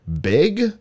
big